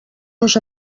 nos